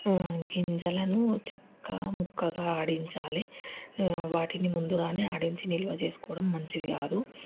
గింజలను చెక్క ముక్కగా ఆడించాలి వాటిని ముందుగానే ఆడించి నిల్వ చేసుకోవడం మంచిది కాదు